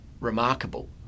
remarkable